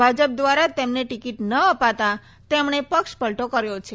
ભાજપ દ્વારા તેમને ટિકીટ ન અપાતાં તેમણે પક્ષ પલટો કર્યો છે